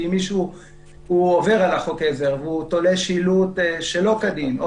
אם מישהו עובר על חוק העזר והוא תולה שילוט שלא כדין או